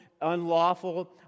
unlawful